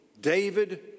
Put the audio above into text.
David